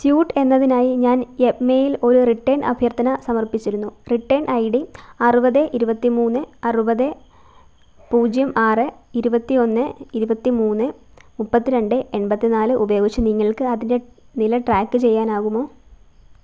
suit എന്നതിനായി ഞാൻ യെപ്മേയിൽ ഒരു റിട്ടേൺ അഭ്യർത്ഥന സമർപ്പിച്ചിരുന്നു റിട്ടേൺ ഐ ഡി അറുപത് ഇരുപത്തി മൂന്ന് അറുപത് പൂജ്യം ആറ് ഇരുപത്തി ഒന്ന് ഇരുപത്തി മൂന്ന് മുപ്പത്തി രണ്ട് എൺപത്തി നാല് ഉപയോഗിച്ച് നിങ്ങൾക്ക് അതിൻ്റെ നില ട്രാക്ക് ചെയ്യാനാകുമോ